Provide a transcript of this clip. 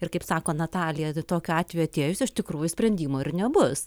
ir kaip sako natalija tokiu atveju atėjus iš tikrųjų sprendimo ir nebus